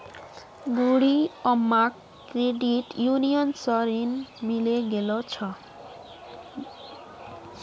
बूढ़ी अम्माक credit union स ऋण मिले गेल छ